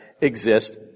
exist